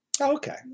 Okay